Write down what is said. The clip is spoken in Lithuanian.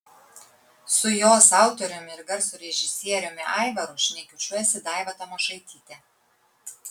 su jos autoriumi ir garso režisieriumi aivaru šnekučiuojasi daiva tamošaitytė